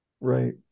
Right